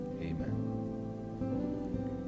amen